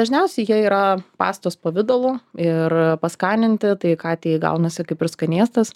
dažniausiai jie yra pastos pavidalo ir paskaninti tai katei gaunasi kaip ir skanėstas